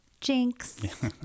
jinx